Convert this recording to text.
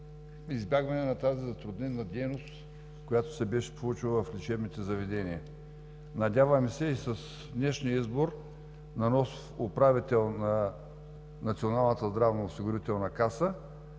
избягване на тази затруднена дейност, която се беше получила в лечебните заведения. Надяваме се с днешния избор на нов управител на Националната здравноосигурителна каса